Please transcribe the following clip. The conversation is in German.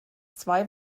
zwei